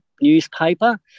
newspaper